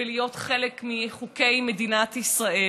ולהיות חלק מחוקי מדינת ישראל.